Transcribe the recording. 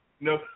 no